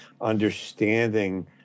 understanding